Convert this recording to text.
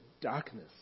darkness